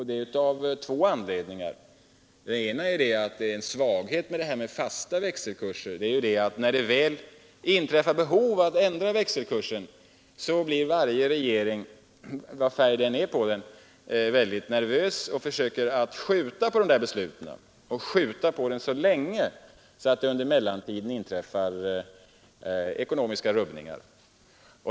Den ena anledningen är att en svaghet med 21 mars 1973 fasta växelkurser är att när det inträffar behov av att ändra växelkurserna blir varje regering — vilken partifärg den än har — mycket nervös och Utrikes-, pe försöker skjuta på dessa beslut så länge att det under mellantiden RE itis leba inträffar ekonomiska rubbningar.